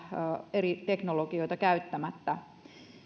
eri teknologioita käyttämättä